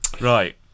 right